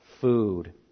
Food